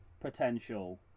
potential